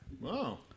Wow